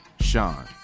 Sean